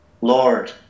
Lord